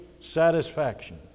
satisfaction